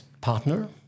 partner